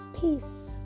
Peace